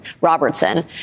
Robertson